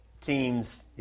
teams